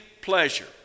pleasure